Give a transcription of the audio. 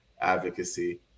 advocacy